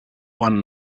one